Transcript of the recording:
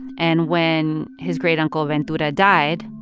and when his great uncle ventura died,